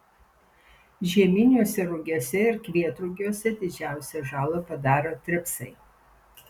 žieminiuose rugiuose ir kvietrugiuose didžiausią žalą padaro tripsai